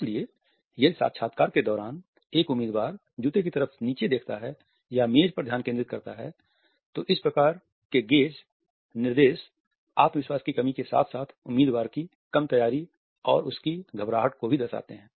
इसलिए यदि साक्षात्कार के दौरान एक उम्मीदवार जूते की तरफ नीचे देखता है या मेज पर ध्यान केंद्रित करता है तो इस प्रकार के गेज़ निर्देश आत्मविश्वास की कमी के साथ साथ उम्मीदवार की कम तैयारी और उसकी घबराहट को भी दर्शाते हैं